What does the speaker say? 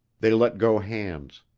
they let go hands.